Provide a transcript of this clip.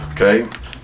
okay